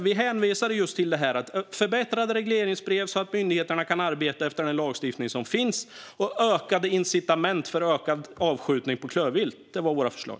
Vi föreslog just förbättrade regleringsbrev, så att myndigheterna kan arbeta efter den lagstiftning som finns, och ökade incitament för att öka avskjutning på klövvilt. Det var våra förslag.